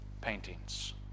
paintings